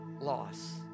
loss